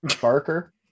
Barker